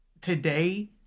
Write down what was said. today